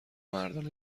مردان